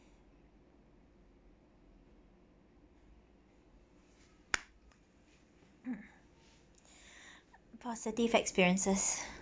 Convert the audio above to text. mm positive experiences